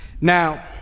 Now